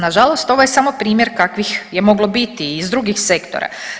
Nažalost ovo je samo primjer kakvih je moglo biti i iz drugih sektora.